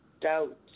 Doubt